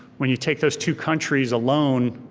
when you take those two countries alone,